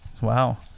Wow